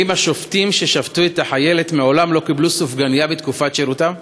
האם השופטים ששפטו את החיילת מעולם לא קיבלו סופגנייה בתקופת שירותם?